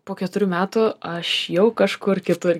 po keturių metų aš jau kažkur kitur